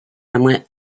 hamlet